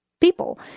people